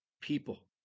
people